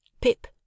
Pip